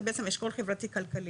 זה בעצם אשכול חברתי כלכלי.